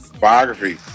biography